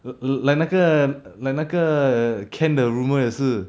like like 那个 like 那个 ken 的 rumour 也是